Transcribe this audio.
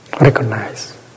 recognize